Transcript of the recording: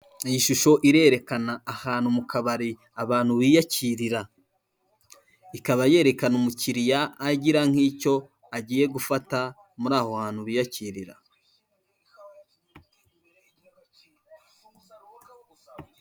Iyi shusho irerekana ahantu mu kabari abantu biyakirira, ikaba yerekana umukiriya agira nk'icyo agiye gufata muri aho hantu biyakirira.